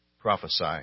prophesy